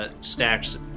stacks